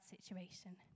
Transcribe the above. situation